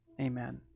Amen